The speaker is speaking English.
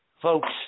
folks